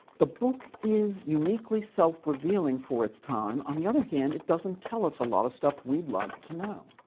the book is uniquely self-revealing for its time. on the other hand, it doesn't tell us a lot of stuff we'd like to know.